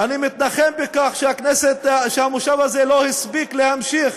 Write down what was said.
אני מתנחם בכך שהכנס הזה לא הספיק להמשיך